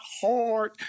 hard